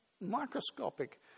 microscopic